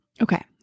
Okay